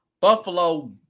Buffalo